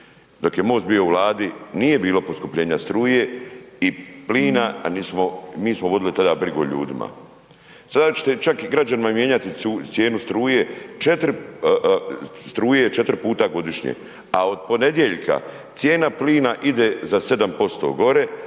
Dok je MOST bio u Vladi nije bilo poskupljenja struje i plina a .../Govornik se ne razumije./... vodili tada brigu o ljudima. Sada ćete čak i građanima mijenjati cijenu struje, struje 4x godišnje. A od ponedjeljka cijena plina ide za 7% gore